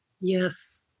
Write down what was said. Yes